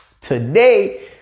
today